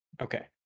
Okay